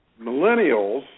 millennials